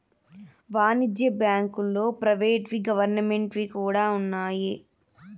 వాణిజ్య బ్యాంకుల్లో ప్రైవేట్ వి గవర్నమెంట్ వి కూడా ఉన్నాయి